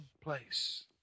place